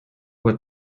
what